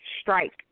strike